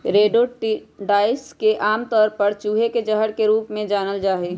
rodenticides के आमतौर पर चूहे के जहर के रूप में जानल जा हई